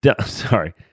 Sorry